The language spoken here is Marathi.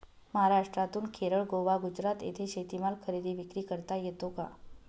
महाराष्ट्रातून केरळ, गोवा, गुजरात येथे शेतीमाल खरेदी विक्री करता येतो का?